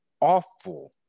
awful